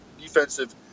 defensive